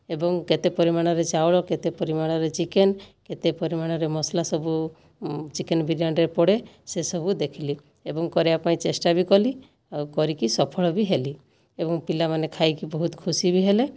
ଏବଂ କେତେ ପରିମାଣରେ ଚାଉଳ କେତେ ପରିମାଣରେ ଚିକେନ କେତେ ପରିମାଣ ରେ ମସଲା ସବୁ ଚିକେନ ବିରିୟାନି ରେ ପଡେ ସେ ସବୁ ଦେଖିଲି ଏବଂ କରିବା ପାଇଁ ଚେଷ୍ଟା ବି କଲି ଆଉ କରିକି ସଫଳ ବି ହେଲି ଏବଂ ପିଲା ମାନେ ଖାଇକି ବହୁତ ଖୁସି ବି ହେଲେ